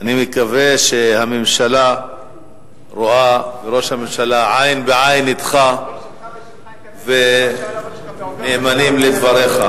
מקווה שהממשלה וראש הממשלה רואים עין בעין אתך והם נאמנים לדבריך,